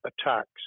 attacks